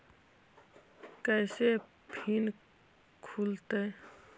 कैसे फिन खुल तय?